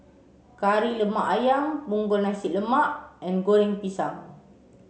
Kari Lemak Ayam Punggol Nasi Lemak and Goreng Pisang